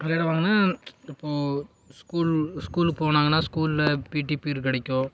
விளையாடுவாங்கன்னால் இப்போது ஸ்கூல் ஸ்கூலுக்கு போனாங்கனால் ஸ்கூலில் பிடி பீரியடு கிடைக்கும்